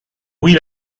will